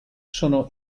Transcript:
sono